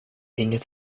inget